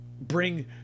bring